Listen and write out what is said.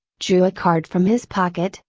drew a card from his pocket,